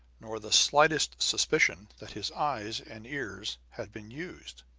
nor the slightest suspicion that his eyes and ears had been used.